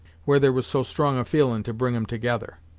where there was so strong a feelin' to bring em together.